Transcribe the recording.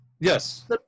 Yes